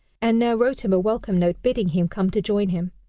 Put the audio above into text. and now wrote him a welcome note bidding him come to join him.